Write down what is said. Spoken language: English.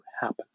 happen